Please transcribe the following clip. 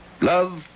Love